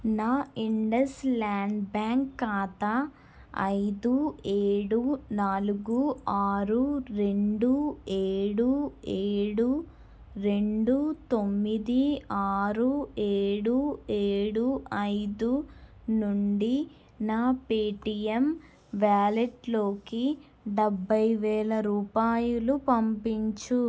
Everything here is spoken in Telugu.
నా ఇండస్ ల్యాండ్ బ్యాంక్ ఖాతా ఐదు ఏడు నాలుగు ఆరు రెండు ఏడు ఏడు రెండు తొమ్మిది ఆరు ఏడు ఏడు ఐదు నుండి నా పేటిఎమ్ వాలెట్లోకి డెబ్బై వేల రూపాయలు పంపించు